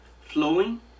flowing